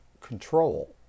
control